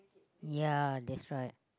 ya that's right